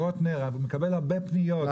מקבל הרבה פניות.